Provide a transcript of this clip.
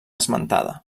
esmentada